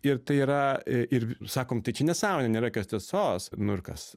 ir tai yra ir sakom tai čia nesąmonė nėra jokios tiesos nu ir kas